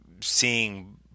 seeing